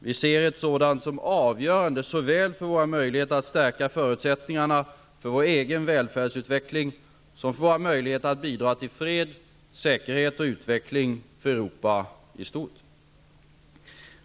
Vi ser ett sådant som avgörande såväl för våra möjligheter att stärka förutsättningarna för vår egen välfärdsutveckling som för våra möjligheter att bidra till fred, säkerhet och utveckling för Europa i stort.